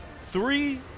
Three